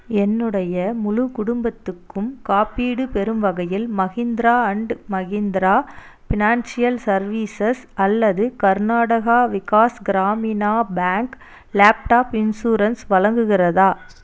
என்னுடைய முழு குடும்பத்துக்கும் காப்பீடு பெறும் வகையில் Mahindra and Mahindra financial services அல்லது Karnataka Vikas Gramina bank laptop insurance வழங்குகிறதா